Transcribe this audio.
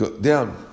down